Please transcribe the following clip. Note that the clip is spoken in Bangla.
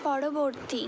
পরবর্তী